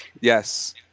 yes